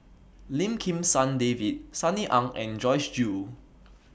Lim Kim San David Sunny Ang and Joyce Jue